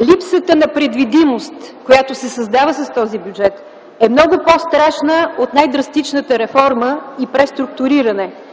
Липсата на предвидимост, която се създава с този бюджет е много по-страшна от най-драстичната реформа и преструктуриране